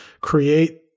create